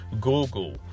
Google